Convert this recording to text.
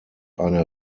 eine